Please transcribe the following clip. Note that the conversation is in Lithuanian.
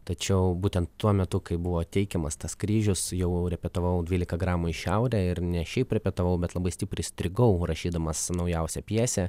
tačiau būtent tuo metu kai buvo teikiamas tas kryžius jau repetavau dvylika gramų į šiaurę ir ne šiaip repetavau bet labai stipriai strigau rašydamas naujausią pjesę